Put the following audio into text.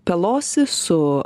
pelosi su